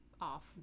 off